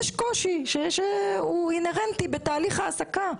יש קושי שהוא אינהרנטי בתהליך העסקה.